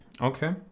Okay